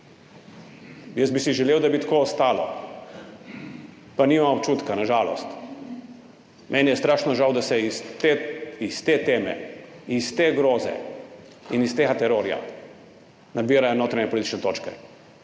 Jaz bi si želel, da bi tako ostalo, pa nimam občutka, na žalost. Meni je strašno žal, da se iz te teme, iz te groze in iz tega terorja nabirajo notranjepolitične točke